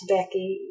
Becky